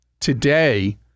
today